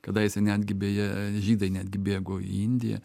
kadaise netgi beje žydai netgi bėgo į indiją